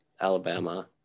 Alabama